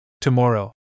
Tomorrow